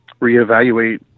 reevaluate